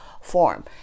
form